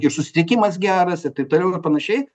ir susitikimas geras ir taip toliau ir panašiai